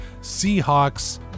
Seahawks